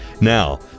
Now